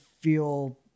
feel